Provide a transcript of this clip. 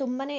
ತುಂಬನೆ